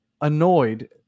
annoyed